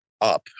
up